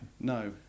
no